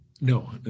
no